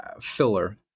filler